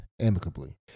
amicably